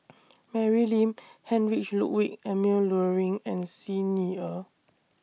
Mary Lim Heinrich Ludwig Emil Luering and Xi Ni Er